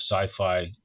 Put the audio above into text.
sci-fi